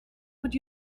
would